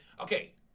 Okay